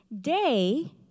day